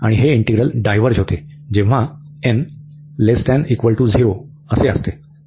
आणि हे integral diverge होते जेव्हा n≤0